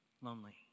lonely